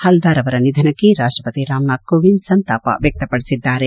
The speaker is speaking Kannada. ಹಲ್ದಾರ್ ಅವರ ನಿಧನಕ್ಕೆ ರಾಷ್ಟ್ರಪತಿ ರಾಮನಾಥ್ ಕೋವಿಂದ್ ಸಂತಾಪ ವ್ಯಕ್ತಪಡಿಸಿದ್ದಾರೆ